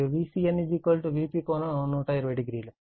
మరియు Vcn Vp∠1200